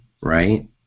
right